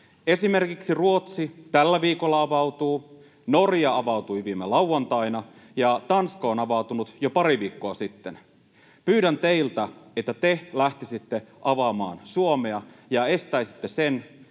Esimerkiksi Ruotsi avautuu tällä viikolla, Norja avautui viime lauantaina ja Tanska on avautunut jo pari viikkoa sitten. Pyydän teiltä, että te lähtisitte avaamaan Suomea ja estäisitte sen,